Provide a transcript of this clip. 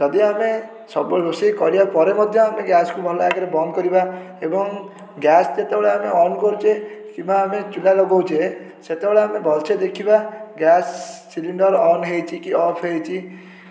ଯଦି ଆମେ ସବୁ ରୋଷେଇ କରିବାପରେ ମଧ୍ୟ ଆମେ ଗ୍ୟାସ୍କୁ ଭଲ ଭାବରେ ବନ୍ଦ କରିବା ଏବଂ ଗ୍ୟାସ୍ ଯେତେବେଳେ ଆମେ ଅନ୍ କରୁଛେ କିମ୍ବା ଆମେ ଚୁଲା ଲଗାଉଛେ ସେତେବେଳେ ଆମେ ଭଲସେ ଦେଖିବା ଗ୍ୟାସ୍ ସିଲିଣ୍ଡର୍ ଅନ୍ ହେଇଛି କି ଅଫ୍ ହେଇଛି